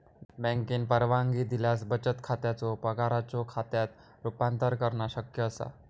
बँकेन परवानगी दिल्यास बचत खात्याचो पगाराच्यो खात्यात रूपांतर करणा शक्य असा